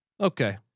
okay